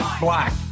black